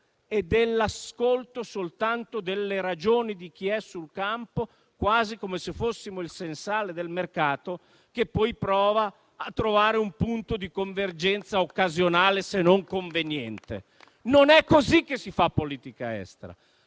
e dell'ascolto soltanto delle ragioni di chi è sul campo, quasi come se fossimo il sensale del mercato che poi prova a trovare un punto di convergenza occasionale, se non conveniente. Non è così che si fa politica estera.